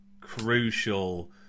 crucial